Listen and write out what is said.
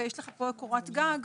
ויש לך פה קורת גג,